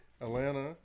Atlanta